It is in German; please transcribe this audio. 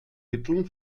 mitteln